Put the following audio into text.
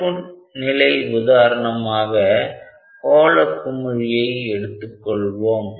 சிறப்பு நிலை உதாரணமாக கோள குமிழியை எடுத்துக்கொள்வோம்